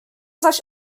zaś